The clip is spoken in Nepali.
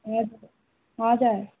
हजुर